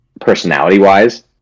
personality-wise